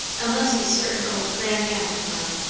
unless a certain old grandaunt of mine.